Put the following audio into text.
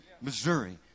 Missouri